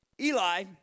Eli